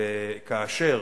וכאשר